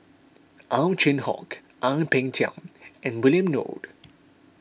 Ow Chin Hock Ang Peng Tiam and William Goode